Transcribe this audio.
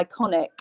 iconic